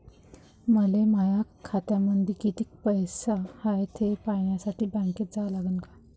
मले माया खात्यामंदी कितीक पैसा हाय थे पायन्यासाठी बँकेत जा लागनच का?